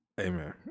Amen